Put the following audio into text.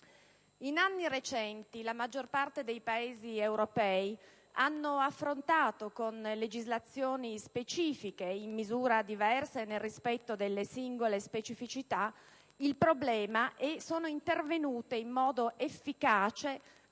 In anni recenti la maggior parte dei Paesi europei ha affrontato con legislazioni specifiche il problema, in misura diversa e nel rispetto delle singole specificità, intervenendo in modo efficace